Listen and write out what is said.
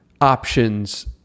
options